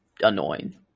annoying